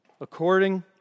according